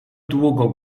długo